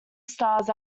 stars